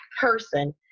person